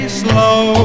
slow